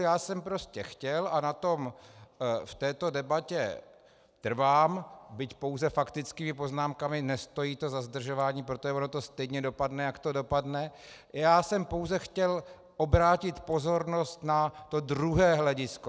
Já jsem prostě chtěl, a na tom v této debatě trvám, byť pouze faktickými poznámkami, nestojí to za zdržování, protože ono to stejně dopadne, jak to dopadne, já jsem pouze chtěl obrátit pozornost na to druhé hledisko.